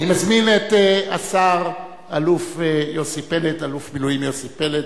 אני מזמין את השר האלוף במילואים יוסי פלד,